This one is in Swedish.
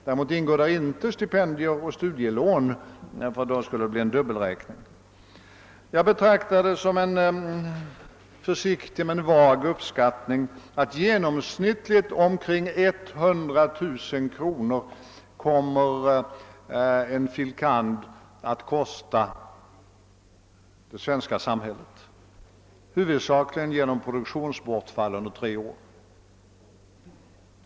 Däremot skall stipendier och studielån inte räknas in i kostnaderna, eftersom det då blir en dubbelräkning. Jag betraktar det som en försiktig och vag uppskattning att en fil. kand. genomsnittligt kommer att kosta omkring 100000 kronor, huvudsakligen på grund av produktionsbortfallet under tre år.